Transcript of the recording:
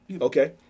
Okay